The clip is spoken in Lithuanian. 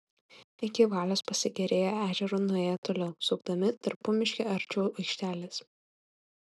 iki valios pasigėrėję ežeru nuėjo toliau sukdami tarpumiške arčiau aikštelės